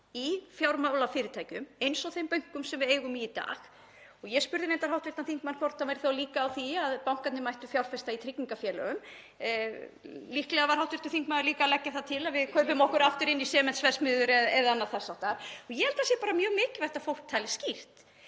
í fjármálafyrirtækjum eins og þeim bönkum sem við eigum í í dag. Ég spurði reyndar hv. þingmann hvort hann væri þá líka á því að bankarnir mættu fjárfesta í tryggingafélögum. Líklega var hv. þingmaður líka að leggja það til að við kaupum okkur aftur inn í sementsverksmiðjur eða annað þess háttar. Ég held að það sé bara mjög mikilvægt að fólk tali skýrt.